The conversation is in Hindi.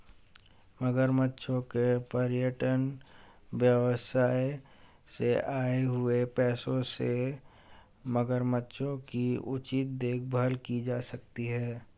मगरमच्छों के पर्यटन व्यवसाय से आए हुए पैसों से मगरमच्छों की उचित देखभाल की जा सकती है